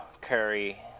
Curry